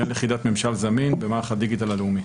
מנהל יחידת ממשל זמין במערך הדיגיטל הלאומי.